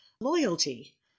loyalty